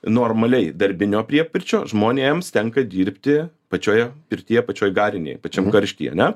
normaliai darbinio priepirčio žmonėms tenka dirbti pačioje pirtyje pačioj garinėj pačiam karštyje ane